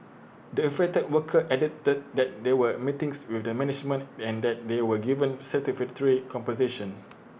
the affected worker added that that there were meetings with the management and that they were given satisfactory compensation